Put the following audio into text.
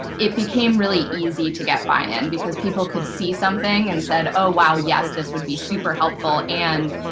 it became really easy to get buy-in because people could see something and said, oh, wow, yes, this would be super helpful. and